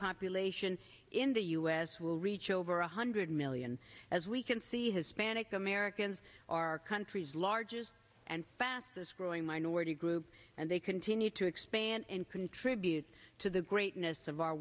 population in the u s will reach over one hundred million as we can see hispanic americans our country's largest and fastest growing minority group and they continue to expand and contribute to the greatness of our